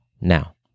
Now